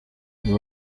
ubu